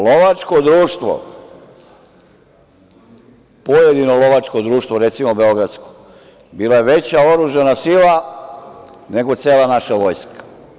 Lovačko društvo, pojedino lovačko društvo, recimo beogradsko, bila je veća oružana sila, nego cela naša Vojska.